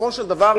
בסופו של דבר,